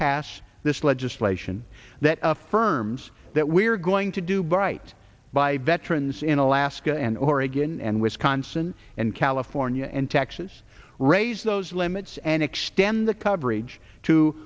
repass this legislation that affirms that we are going to do by right by veterans in alaska and oregon and wisconsin and california and texas raise those limits and extend the coverage to